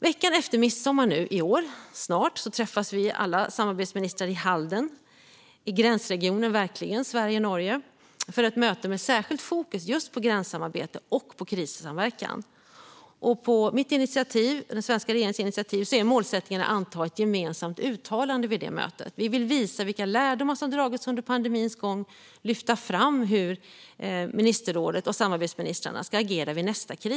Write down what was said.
Veckan efter midsommar i år, nu snart, träffas vi alla samarbetsministrar i Halden, verkligen i gränsregionen Sverige-Norge, för ett möte med särskilt fokus just på gränssamarbete och krissamverkan. På mitt och den svenska regeringens initiativ är målsättningen att anta ett gemensamt uttalande vid detta möte. Vi vill visa vilka lärdomar som har dragits under pandemins gång och lyfta fram hur ministerrådet och samarbetsministrarna ska agera vid nästa kris.